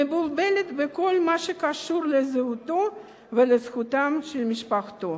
מבולבל בכל מה שקשור לזהותו ולזהותה של משפחתו.